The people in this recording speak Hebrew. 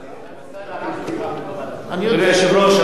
זה בסדר, אנחנו סיכמנו בוועדת כספים.